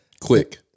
Quick